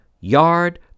yard